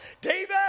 David